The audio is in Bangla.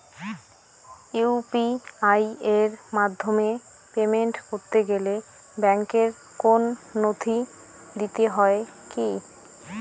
ইউ.পি.আই এর মাধ্যমে পেমেন্ট করতে গেলে ব্যাংকের কোন নথি দিতে হয় কি?